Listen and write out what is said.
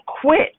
quit